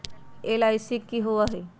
LIC की होअ हई?